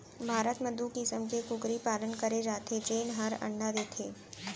भारत म दू किसम के कुकरी पालन करे जाथे जेन हर अंडा देथे